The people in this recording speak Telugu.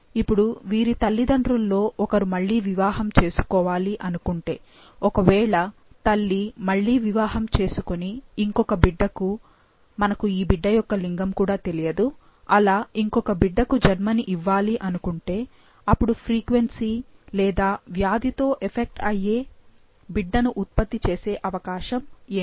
ఇప్పుడు వీరి తల్లిదండ్రుల్లో ఒకరు మళ్ళీ వివాహం చేసుకోవాలి అనుకుంటే ఒకవేళ తల్లి మళ్ళీ వివాహం చేసుకుని ఇంకొక బిడ్డకు మనకు ఈ బిడ్డ యొక్క లింగం కూడా తెలియదు ఆలా ఇంకొక బిడ్డకు జన్మని ఇవ్వాలనుకుంటే అపుడు ఫ్రీక్వెన్సీ లేదా వ్యాధి తో ఎఫెక్ట్ అయ్యే బిడ్డని ఉత్పత్తి చేసే అవకాశం ఏమిటి